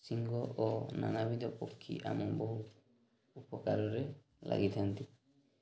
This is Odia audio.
ଶିଙ୍ଘ ଓ ନାନାବିଦ ପକ୍ଷୀ ଆମ ବହୁ ଉପକାରରେ ଲାଗିଥାନ୍ତି